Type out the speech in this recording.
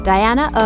Diana